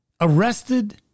arrested